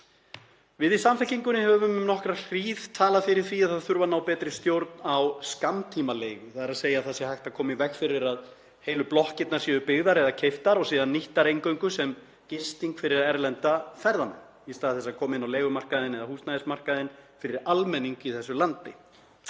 Við í Samfylkingunni höfum um nokkra hríð talað fyrir því að það þurfi að ná betri stjórn á skammtímaleigu, þ.e. að það sé hægt að koma í veg fyrir að heilu blokkirnar séu byggðar eða keyptar og síðan nýttar eingöngu sem gisting fyrir erlenda ferðamenn í stað þess að koma inn á leigumarkaðinn eða húsnæðismarkaðinn fyrir almenning í þessu landi.